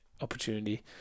opportunity